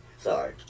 Sorry